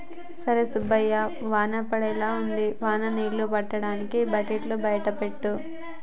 ఒరై సుబ్బయ్య వాన పడేలా ఉంది వాన నీళ్ళు పట్టటానికి బకెట్లు బయట పెట్టు